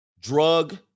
drug